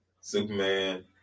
Superman